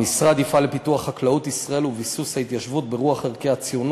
המשרד יפעל לפיתוח חקלאות ישראל וביסוס ההתיישבות ברוח ערכי הציונות,